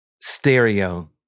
Stereo